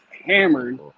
hammered